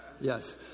Yes